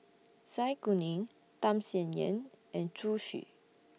Zai Kuning Tham Sien Yen and Zhu Xu